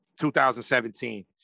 2017